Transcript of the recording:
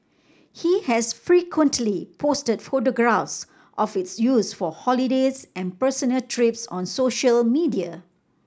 he has frequently posted photographs of its use for holidays and personal trips on social media